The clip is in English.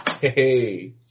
hey